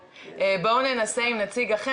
בואו ננסה עם נציג אחר,